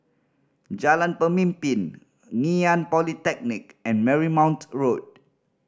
Jalan Pemimpin Ngee Ann Polytechnic and Marymount Road